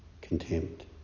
contempt